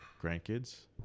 grandkids